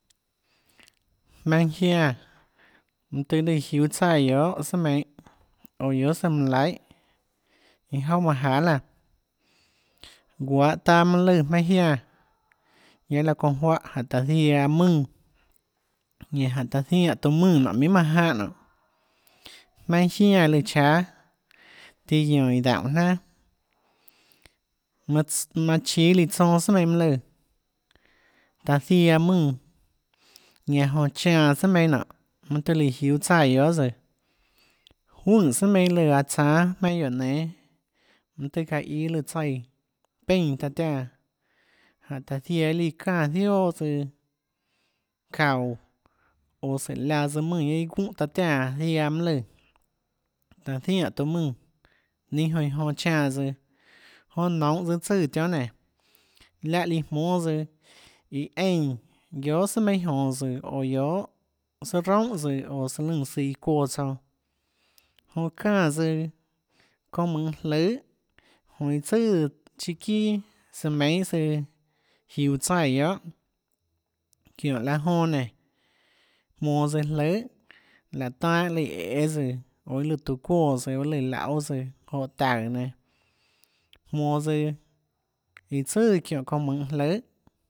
Jmaønâ jiánã mønâ tøâ lùã jiúâ tsaíã guiohà sùà meinhâ oå guiohà søã manã laihà iâ jouà manã jahà laã guahå taâ mønâ lùã jmaønâ jiánã guiaâ láhã çounã juáhã janhã taã ziaã mùnã ñanã jánhå taã zianè taã mùnã nonê minhà manã jánhã nonê jmaønâ jiánã lùã cháâ tiã guiónå iã daúnhå jnanà manãs manã chíâ líã tsonâs sùà meinhâ mønâ lùã taã ziaã mùnã ñanã jonã chanã sùà meinhâ nonê mønâ tøhê lùã jiúâ tsaíã guiohà tsøã juønè sùà meinhâ lùã aã tsánâ jmaønâ guióå nénâ mønâ tøhê çaã íâ lùã tsaíã peínã taã tiánã jánhå taã ziaã iâ líã çánã zióà tsøã çaúå óå sùå laã tsøã mùnã ñanã iâ gúnhã taã tiánã ziaã mønâ lùã taã zianè tøã mùnã ninâ jonã iã jonã chanâ tsøã jonã nounhå tsøã tsùã tionhâ nénå láhã líã jmónâ tsøã iã eínã guiohà sùà meinhâ jonå tsøã oå guiohà sùà roúnhà tsøã oå søã lùnã søã iã çuoã tsouã jonã çánã tsøã çounã mønhå jløhà jonã iã tsøà tsøã chiâ çià sùã meinhâ søã jiuå tsaíã guiohà çiñhå laã jonã nénå jmonå tsøã jløhà laê tanâ lùã æê tsøã oå iâ lùã tuã çuóã tsøã oå iâ lùã lauê tsøã taùå nenã jmonå tsøã iã tsøà çiñhå çounã mønhå jløhà